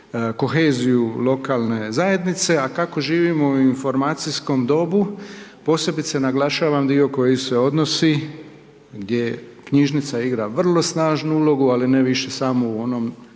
koheziju lokalne zajednice, a kako živimo u informacijskom dobu, posebice naglašavam dio koji se odnosi, gdje knjižnica igra vrlo snažnu ulogu, ali ne više samo u onom